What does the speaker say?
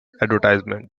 advertisement